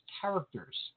Characters